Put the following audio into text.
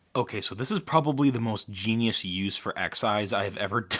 okay so this is probably the most genius use for and xeyes i have ever